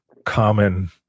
common